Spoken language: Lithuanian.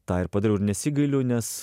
tą ir padariau ir nesigailiu nes